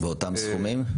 באותם סכומים?